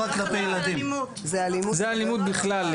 זה אלימות בכלל,